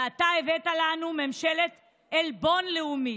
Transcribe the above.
ואתה הבאת לו "ממשלת עלבון לאומי".